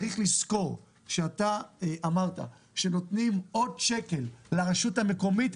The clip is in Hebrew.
צריך לזכור שאתה אמרת שנותנים עוד שקל לרשות המקומית,